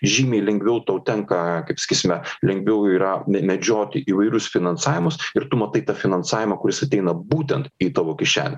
žymiai lengviau tau tenka kaip sakysime lengviau yra medžioti įvairius finansavimus ir tu matai tą finansavimą kuris ateina būtent į tavo kišenę